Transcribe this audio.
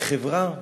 וחברה